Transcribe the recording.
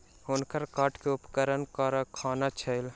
हुनकर काठ के उपकरणक कारखाना छैन